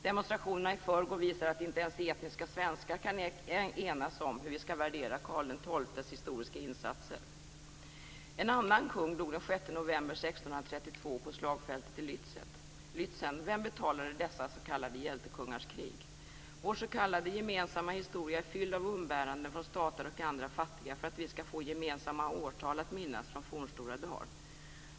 Demonstrationerna i förrgår visar att inte ens etniska svenskar kan enas om hur vi skall värdera Karl XII:s historiska insatser. En annan kung dog den 6 november 1632 på slagfältet i Lützen. Vem betalade dessa s.k. hjältekungars krig? Vår s.k. gemensamma historia är fylld av umbäranden från statare och andra fattiga för att vi skulle få gemensamma årtal att minnas från fornstora dagar.